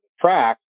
track